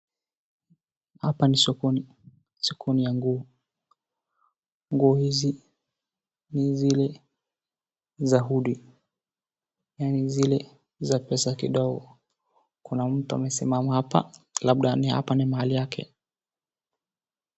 Hapa ni sokoni, soko hii ni ya nguo. Nguo hizi ni zile za hoodie ni zile za pesa kidogo. Kuna mtu amesimama hapa labda hapa ni mahali yake.